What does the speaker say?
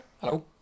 Hello